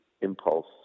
impulse